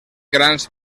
grans